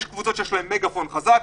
יש קבוצות שיש להן מגפון חזק,